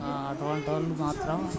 అటువంటి వాళ్ళను మాత్రం